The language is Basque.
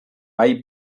bai